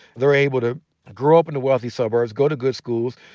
they're able to grow up in the wealthy suburbs, go to good schools,